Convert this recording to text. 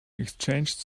exchanged